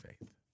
faith